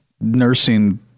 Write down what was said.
Nursing